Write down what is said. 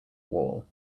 wall